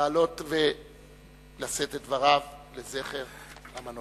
אני מזמין את השר לעלות ולשאת את דבריו לזכר המנוח.